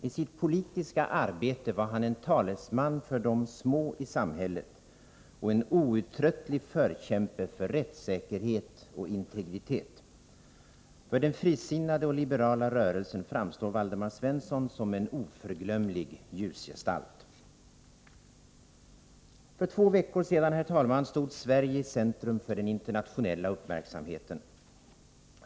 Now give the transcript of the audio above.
I sitt politiska arbete var han en talesman för de små i samhället och en outtröttlig förkämpe för rättssäkerhet och integritet. För den frisinnade och liberala rörelsen framstår Waldemar Svensson som en oförglömlig ljusgestalt. För två veckor sedan stod Sverige i centrum för den internationella uppmärksamheten.